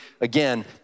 again